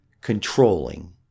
controlling